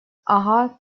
ага